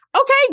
okay